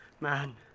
Man